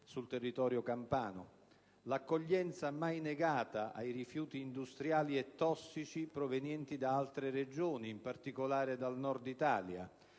sul territorio campano; l'accoglienza mai negata ai rifiuti industriali e tossici provenienti da altre Regioni, in particolare dal Nord Italia;